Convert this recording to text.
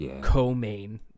co-main